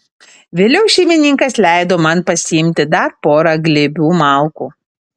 vėliau šeimininkas leido man pasiimti dar porą glėbių malkų